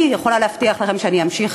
אני יכולה להבטיח לכם שאני אמשיך